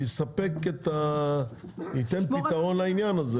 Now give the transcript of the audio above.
שייתן פתרון לעניין הזה.